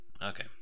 Okay